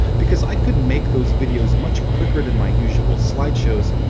because i could make those videos much quicker than my usual slideshows,